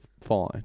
fine